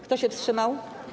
Kto się wstrzymał?